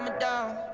ah down,